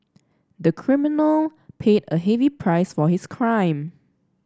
the criminal paid a heavy price for his crime